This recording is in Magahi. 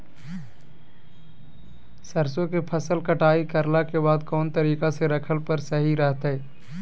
सरसों के फसल कटाई करला के बाद कौन तरीका से रखला पर सही रहतय?